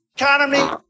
economy